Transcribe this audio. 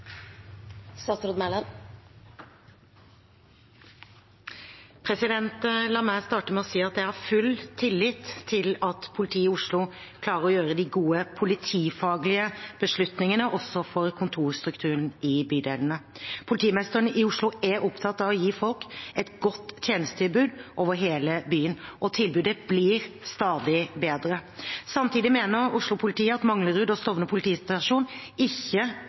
La meg starte med å si at jeg har full tillit til at politiet i Oslo klarer å ta de gode politifaglige beslutningene, også for kontorstrukturen i bydelene. Politimesteren i Oslo er opptatt av å gi folk et godt tjenestetilbud over hele byen, og tilbudet blir stadig bedre. Samtidig mener Oslo-politiet at Manglerud og Stovner politistasjoner ikke